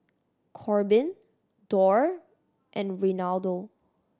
Corbin Dorr and Reinaldo